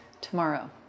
tomorrow